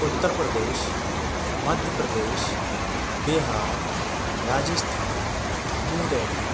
Uttar Pradesh Madhya Pradesh Bihar Rajasthan new daily